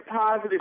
positive